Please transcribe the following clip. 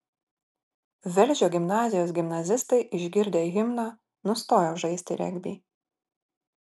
velžio gimnazijos gimnazistai išgirdę himną nustojo žaisti regbį